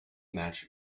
match